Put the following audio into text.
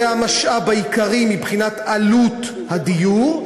זה המשאב העיקרי מבחינת עלות הדיור,